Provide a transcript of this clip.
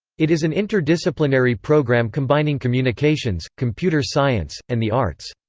it is an interdisciplinary program combining communications, computer science, and the arts.